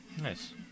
Nice